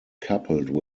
coupled